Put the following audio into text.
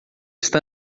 está